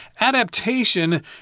Adaptation